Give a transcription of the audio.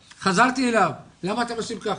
חזרתי אליו, למה אתם עושים ככה?